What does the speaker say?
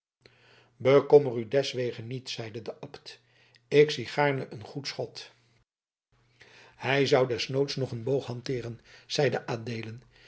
bekommer u deswege niet zeide de abt ik zie gaarne een goed schot hij zou desnoods nog een boog hanteeren zeide